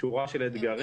שורה של אתגרים.